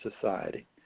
society